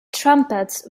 trumpets